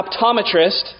optometrist